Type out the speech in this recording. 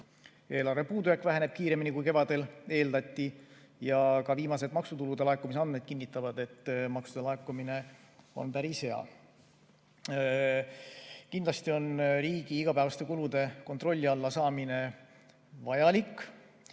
Eelarve puudujääk väheneb kiiremini, kui kevadel eeldati, ja ka viimased maksutulude laekumise andmed kinnitavad, et maksude laekumine on päris hea. Kindlasti on riigi igapäevaste kulude kontrolli alla saamine vajalik. Kuigi